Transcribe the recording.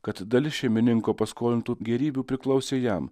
kad dalis šeimininko paskolintų gėrybių priklausė jam